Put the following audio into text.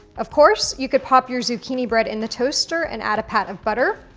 of course, you could pop your zucchini bread in the toaster and add a pat of butter,